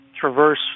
traverse